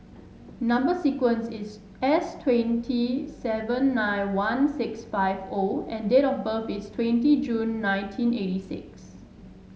number sequence is S twenty seven nine one six five O and date of birth is twenty June nineteen eighty six